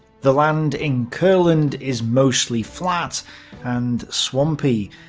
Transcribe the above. the land in courland is mostly flat and swampy,